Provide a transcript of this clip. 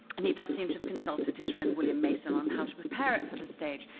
and he does seem to have consulted his friend william mason on how to prepare it for the stage.